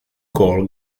call